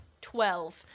Twelve